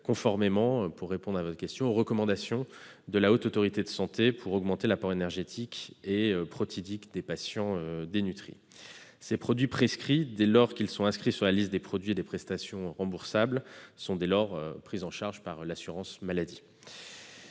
conformément aux recommandations de la Haute Autorité de santé, afin d'augmenter l'apport énergétique et protidique des patients dénutris. Ces produits prescrits, dès lors qu'ils sont inscrits sur la liste des produits et des prestations remboursables, sont pris en charge par l'assurance maladie.